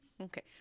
Okay